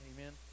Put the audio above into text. Amen